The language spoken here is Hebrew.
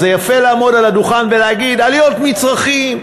אז זה יפה לעמוד על הדוכן ולהגיד "עליות מצרכים".